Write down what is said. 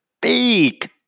big